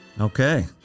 Okay